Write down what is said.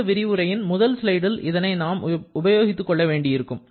அடுத்த விரிவுரையின் முதல் ஸ்லைடில் இதனை நாம் உபயோகித்து கொள்ள வேண்டியிருக்கும்